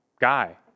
guy